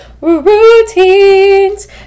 Routines